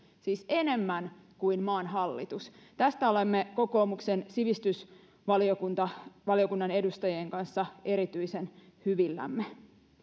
siis enemmän kuin maan hallitus tästä olemme kokoomuksen sivistysvaliokunnan edustajien kanssa erityisen hyvillämme